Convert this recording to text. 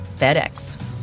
FedEx